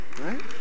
right